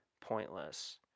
pointless